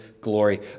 glory